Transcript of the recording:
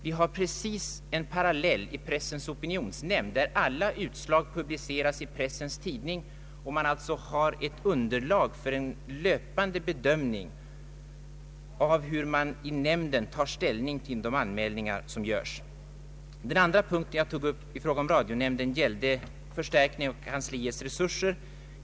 Vi har en parallell i Pressens opinionsnämnd, vars utslag publiceras i Pressens Tidning. Man har där ett underlag för en löpande bedömning av hur man i nämnden tar ställning till de anmälningar som görs. Den andra punkten jag tog upp i fråga om radionämnden gällde förstärkning av kansliets resurser.